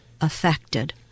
affected